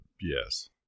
yes